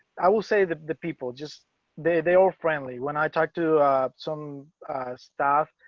i will say that the people just they they all friendly when i talked to some stuff.